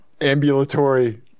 ambulatory